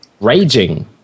raging